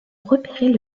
repérer